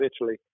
Italy